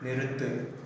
நிறுத்து